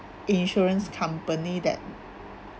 insurance company that